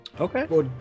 Okay